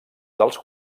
dels